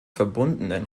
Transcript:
verbundenen